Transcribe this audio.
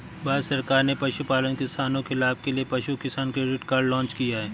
भारत सरकार ने पशुपालन किसानों के लाभ के लिए पशु किसान क्रेडिट कार्ड लॉन्च किया